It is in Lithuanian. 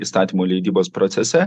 įstatymų leidybos procese